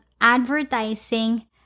advertising